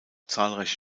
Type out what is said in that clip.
zahlreiche